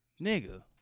nigga